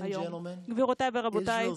גבירותיי ורבותיי,